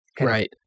Right